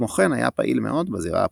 כמו כן היה פעיל מאוד בזירה הפוליטית.